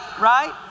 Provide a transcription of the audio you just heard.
right